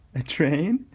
a train?